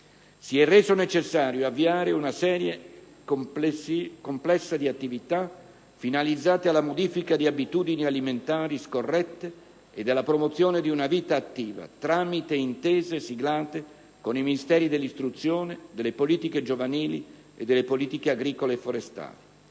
Si è reso necessario avviare una serie complessa di attività, finalizzate alla modifica di abitudini alimentari scorrette ed alla promozione di una vita attiva, tramite intese siglate con i Ministri dell'istruzione, delle politiche giovanili e delle politiche agricole e forestali.